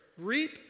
reap